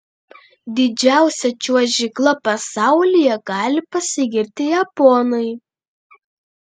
didžiausia čiuožykla pasaulyje gali pasigirti japonai